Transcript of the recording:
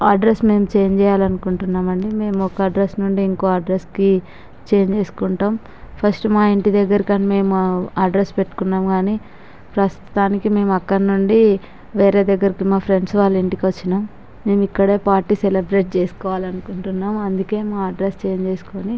address మేము change చేయాలి అనుకుంటున్నామండి మేము ఒక అడ్రస్ నుండి ఇంకో అడ్రస్కి చేంజ్ చేసుకుంటాము ఫస్ట్ మా ఇంటి దగ్గరకని మేము అడ్రస్ పెట్టుకున్నాము కానీ ప్రస్తుతానికి మేము అక్కడ నుండి వేరే దగ్గరికి మా ఫ్రెండ్స్ వాళ్ల ఇంటికి వచ్చినాం మేము ఇక్కడే పార్టీ సెలెబ్రేట్ చేసుకోవాలనుకుంటున్నాం అందుకే మా అడ్రస్ చేంజ్ చేసుకొని